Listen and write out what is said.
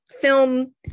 film